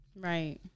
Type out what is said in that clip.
right